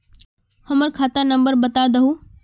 हमर खाता नंबर बता देहु?